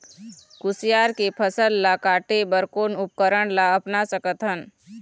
कुसियार के फसल ला काटे बर कोन उपकरण ला अपना सकथन?